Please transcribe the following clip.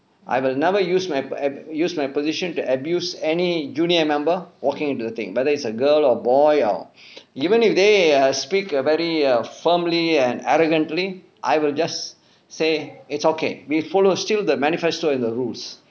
I will never use my err use my position to abuse any junior member walking into the thing whether it is a girl or boy or even if they err speak err very err firmly and arrogantly I will just say it's okay we follow still the manifesto in the rules